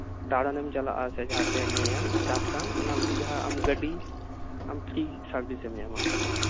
ᱫᱟᱬᱟᱱᱮᱢ ᱪᱟᱞᱟᱜ ᱟᱥᱮ ᱡᱟᱸᱦᱟᱛᱮ ᱧᱮᱧᱮᱞ ᱥᱴᱟᱯᱷ ᱥᱟᱶ ᱚᱱᱟ ᱞᱟᱹᱜᱤᱫ ᱡᱟᱸᱦᱟ ᱟᱢ ᱜᱟᱰᱤ ᱯᱷᱤᱨᱤ ᱥᱟᱨᱵᱷᱤᱥ ᱮᱢ ᱧᱟᱢᱟ